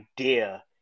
idea